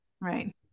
Right